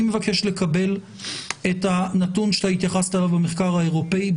אני מבקש לקבל בכתב את הנתון מהמחקר האירופאי.